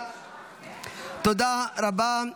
תודה רבה.